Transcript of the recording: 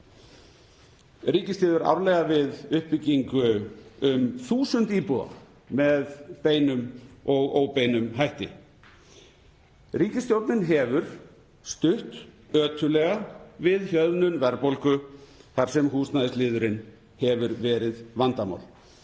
Ríkisstjórnin hefur stutt ötullega við hjöðnun verðbólgu þar sem húsnæðisliðurinn hefur verið vandamál.